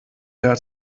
der